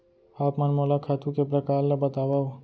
आप मन मोला खातू के प्रकार ल बतावव?